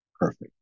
perfect